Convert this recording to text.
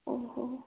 ଓହୋ